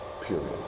period